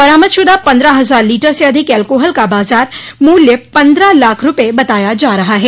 बरामदशुदा पन्द्रह हज़ार लीटर से अधिक एल्कोहल का बाज़ार मूल्य पन्द्रह लाख रूपये बताया जा रहा है